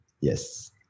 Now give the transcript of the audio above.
Yes